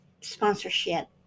sponsorship